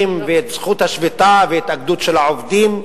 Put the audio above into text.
ואת זכות השביתה והתאגדות של העובדים.